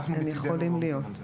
אנחנו צריכים לדבר על זה